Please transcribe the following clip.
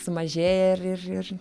sumažėja ir ir ir